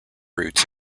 routes